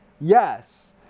yes